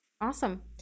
Awesome